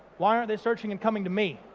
why aren't they searching and coming to me?